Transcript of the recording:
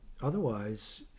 otherwise